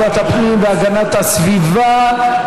להצעה לסדר-היום ולהעביר את הנושא לוועדת הפנים והגנת הסביבה נתקבלה.